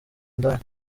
indaya